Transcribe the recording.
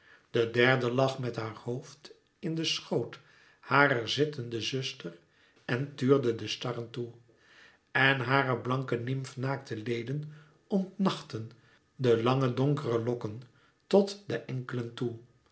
de derde lag met haar hoofd in den schoot harer zittende zuster en tuurde de starren toe en hare blanke nymfe naakte leden omnachtten de lange donkere lokken tot de enkelen toe